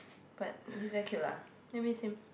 but he's very cute lah I miss him